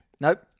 nope